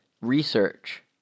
research